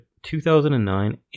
2009